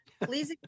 please